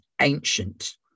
ancient